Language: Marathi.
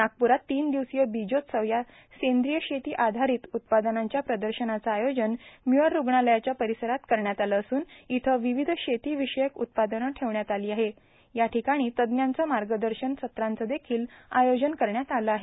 नागप्ररात तीन दिवसीय बीजोत्सव या सेंद्रिय शेती आधारित उत्पादनांच्या प्रदर्शनाचं आयोजन म्यूर रूग्णालयाच्या परिसरात करण्यात आलं असून इथं विविध शेतीविषयक उत्पादन ठेवण्यात आली असून तज्ञांच्या मार्गदर्शन सत्रांचं देखिल आयोजन करण्यात आलं आहे